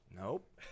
Nope